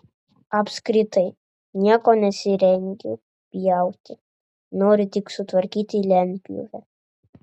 apskritai nieko nesirengiu pjauti noriu tik sutvarkyti lentpjūvę